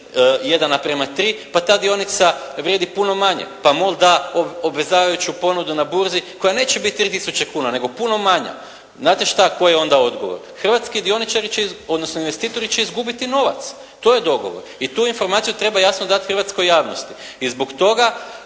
na način 1:3 pa ta dionica vrijedi puno manje, pa MOL da obvezavajuću ponudu na burzi koja neće biti 3 tisuće kuna nego puno manja. Znate šta, koji je ona odgovor? Hrvatski dioničari odnosno investitori će izgubiti novac. To je dogovor. I tu informaciju treba jasno dati hrvatskoj javnosti. I zbog toga